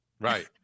Right